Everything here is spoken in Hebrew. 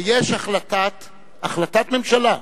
ויש החלטת ממשלה,